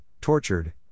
tortured